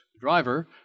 driver